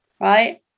right